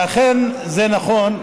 ואכן, זה נכון.